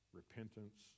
repentance